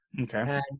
Okay